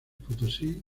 potosí